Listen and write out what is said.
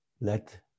let